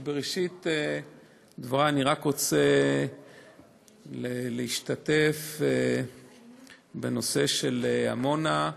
אבל בראשית דברי אני רק רוצה להשתתף בנושא של עמונה,